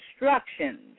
instructions